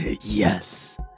Yes